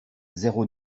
zéro